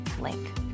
link